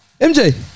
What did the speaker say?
MJ